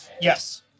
Yes